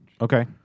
Okay